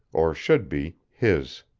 or should be, his.